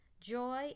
joy